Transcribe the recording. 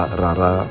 rara